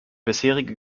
bisherige